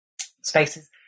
spaces